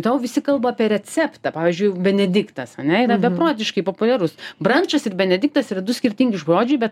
tau visi kalba apie receptą pavyzdžiui benediktas ane yra beprotiškai populiarus brančas ir benediktas yra du skirtingi žodžiai bet